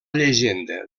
llegenda